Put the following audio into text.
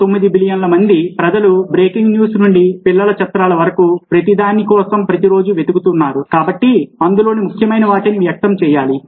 9 బిలియన్ల మంది ప్రజలు బ్రేకింగ్ న్యూస్ నుండి పిల్లల చిత్రాల వరకు ప్రతిదాని కోసం ప్రతిరోజూ వెతుకుతారు కాబట్టి అందులోని ముఖ్యమైన వాటిని వ్యక్తం చేయాలి